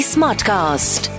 Smartcast